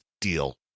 deal